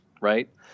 right